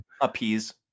Appease